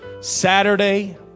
Saturday